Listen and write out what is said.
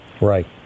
Right